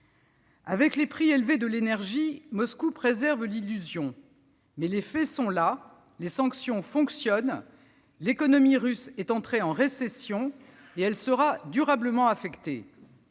Avec les prix élevés de l'énergie, Moscou préserve l'illusion. Mais les faits sont là : les sanctions fonctionnent. L'économie russe est entrée en récession et elle sera durablement affectée.